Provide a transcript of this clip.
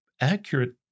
accurate